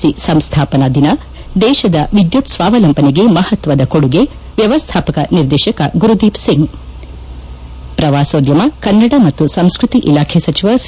C ಸಂಸ್ಥಾಪನ ದಿನ ದೇಶದ ವಿದ್ಯುತ್ ಸ್ಥಾವಲಂಬನೆಗೆ ಮಹತ್ವದ ಕೊಡುಗೆ ವ್ಯವಸ್ಥಾಪಕ ನಿರ್ದೇಶಕ ಗುರುದೀಪ್ ಸಿಂಗ್ ಪ್ರವಾಸೋದ್ಯಮ ಕನ್ನಡ ಮತ್ತು ಸಂಸ್ಕತಿ ಇಲಾಖೆ ಸಚಿವ ಸಿ